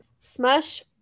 Smush